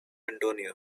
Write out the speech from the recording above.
antonio